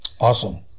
awesome